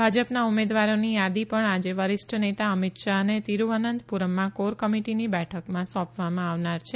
ભાજપના ઉમેદવારોની યાદી પણ આજે વરિષ્ઠ નેતા અમિત શાહને તિરૂવનંતપુરમાં કોર કમીટીની બેઠકમાં સોંપવામાં આવનાર છે